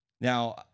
Now